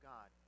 God